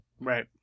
Right